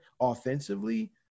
offensively